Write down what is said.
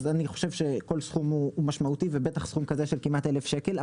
אז אני חושב שכל סכום הוא משמעותי ובטח סכום כזה של כמעט אלף שקל.